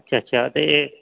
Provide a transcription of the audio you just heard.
अच्छा अच्छा ते